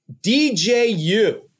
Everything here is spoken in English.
DJU